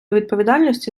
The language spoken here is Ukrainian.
відповідальності